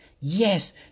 yes